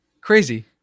crazy